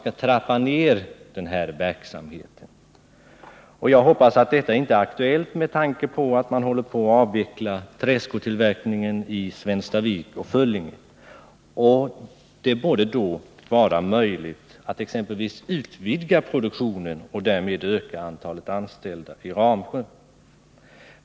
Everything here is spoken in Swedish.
Jag hoppas emellertid att det inte är aktuellt med någon neddragning. Med tanke på att man håller på att avveckla träskotillverkningen i Svenstavik och Föllinge borde det i stället vara möjligt att utvidga produktionen och därmed öka antalet anställda i Ramsjö.